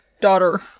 daughter